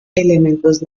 elementos